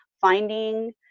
Finding